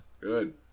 Good